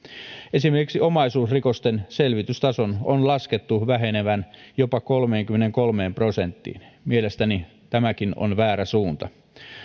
esimerkiksi omaisuusrikosten selvitystason on laskettu vähenevän jopa kolmeenkymmeneenkolmeen prosenttiin mielestäni tämäkin on väärä suunta